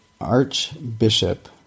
archbishop